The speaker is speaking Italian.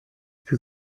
più